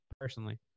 personally